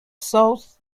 sought